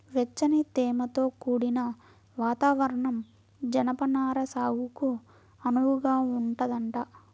వెచ్చని, తేమతో కూడిన వాతావరణం జనపనార సాగుకు అనువుగా ఉంటదంట